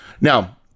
now